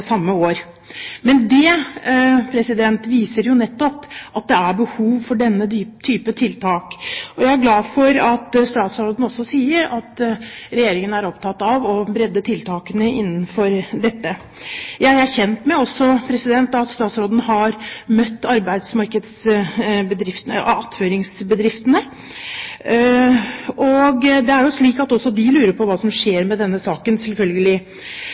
samme år. Men det viser jo nettopp at det er behov for denne type tiltak. Jeg er glad for at statsråden også sier at Regjeringen er opptatt av å bredde tiltakene innenfor dette. Jeg er også kjent med at statsråden har møtt attføringsbedriftene, og det er jo slik at også de lurer på hva som skjer med denne saken – selvfølgelig.